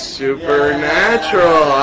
supernatural